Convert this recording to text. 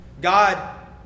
God